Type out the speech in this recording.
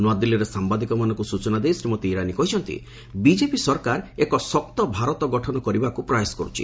ନୂଆଦିଲ୍ଲୀରେ ସାମ୍ଭାଦିକମାନଙ୍କୁ ସୂଚନା ଦେଇ ଶ୍ରୀମତୀ ଇରାନୀ କହିଛନ୍ତି ବିଜେପି ସରକାର ଏକ ଶକ୍ତ ଭାରତ ଗଠନ କରିବାକୁ ପ୍ରୟାସ କରୁଛନ୍ତି